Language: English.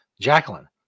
Jacqueline